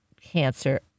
cancer